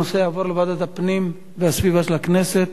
הנושא יעבור לוועדת הפנים והגנת הסביבה של הכנסת.